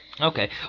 Okay